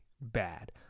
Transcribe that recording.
bad